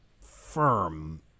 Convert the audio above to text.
firm